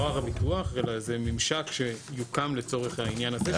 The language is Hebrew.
זה ממשק שיוקם לצורך העניין הזה.